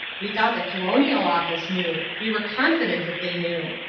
we thought the colonial office knew. we were confident that they knew.